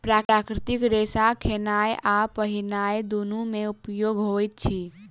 प्राकृतिक रेशा खेनाय आ पहिरनाय दुनू मे उपयोग होइत अछि